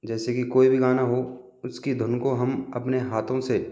जैसे की कोई भी गाना हो उसकी धुन को हम अपने हाथों से